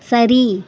சரி